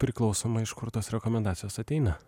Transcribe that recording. priklausoma iš kur tos rekomendacijos ateina